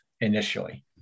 initially